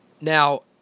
now